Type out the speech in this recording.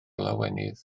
lawenydd